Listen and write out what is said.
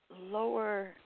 lower